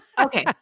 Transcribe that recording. Okay